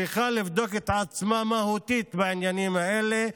צריכה לבדוק את עצמה מהותית בעניינים האלה,